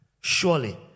surely